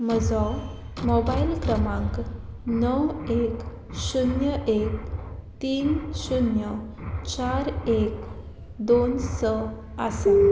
म्हजो मोबायल क्रमांक णव एक शुन्य एक तीन शुन्य चार एक दोन स आसा